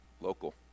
local